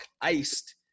iced